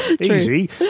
easy